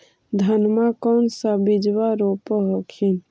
धनमा कौन सा बिजबा रोप हखिन?